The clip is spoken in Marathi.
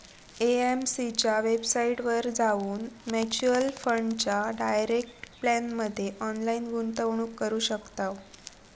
ए.एम.सी च्या वेबसाईटवर जाऊन म्युच्युअल फंडाच्या डायरेक्ट प्लॅनमध्ये ऑनलाईन गुंतवणूक करू शकताव